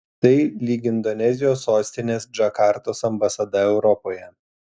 tai lyg indonezijos sostinės džakartos ambasada europoje